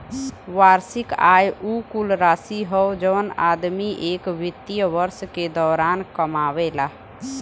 वार्षिक आय उ कुल राशि हौ जौन आदमी एक वित्तीय वर्ष के दौरान कमावला